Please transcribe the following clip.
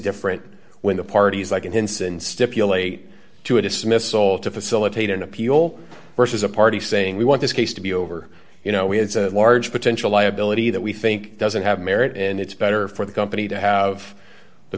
different when the parties like in hinson stipulate to a dismissal to facilitate an appeal versus a party saying we want this case to be over you know we have large potential liability that we think doesn't have merit and it's better for the company to have the